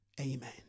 Amen